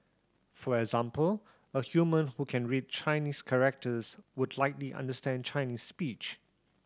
for example a human who can read Chinese characters would likely understand Chinese speech